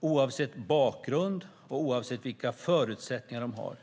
oavsett bakgrund och oavsett vilka förutsättningar de har.